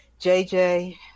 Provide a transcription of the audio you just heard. JJ